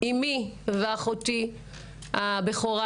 אימי ואחותי הבכורה,